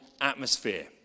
atmosphere